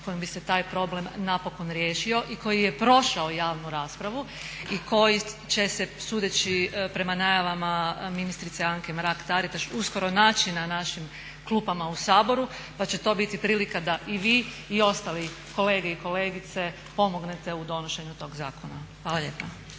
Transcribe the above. kojim bi se taj problem napokon riješio i koji je prošao javnu raspravu i koji će se sudeći prema najavama ministrice Anke Mrak Taritaš uskoro naći na našim klupama u Saboru pa će to biti prilika da i vi i ostali kolege i kolege pomognete u donošenju tog zakona. Hvala lijepa.